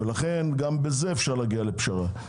לכן גם בזה אפשר להגיע לפשרה.